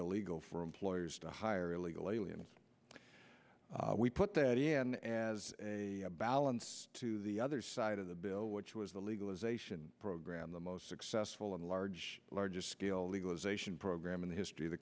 illegal for employers to hire legal aliens we put that in as a balance to the other side of the bill which was the legalization program the most successful and large large scale legalization program in the history of the